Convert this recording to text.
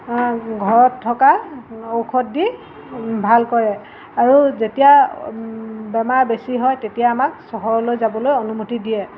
ঘৰত থকা ঔষধ দি ভাল কৰে আৰু যেতিয়া বেমাৰ বেছি হয় তেতিয়া আমাক চহৰলৈ যাবলৈ অনুমতি দিয়ে